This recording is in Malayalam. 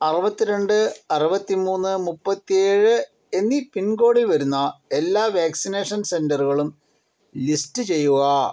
അറുപത്തി രണ്ട് അറുപത്തി മൂന്ന് മുപ്പത്തേഴ് എന്നീ പിൻകോഡിൽ വരുന്ന എല്ലാ വാക്സിനേഷൻ സെൻ്ററുകളും ലിസ്റ്റ് ചെയ്യുക